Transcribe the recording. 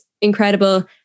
incredible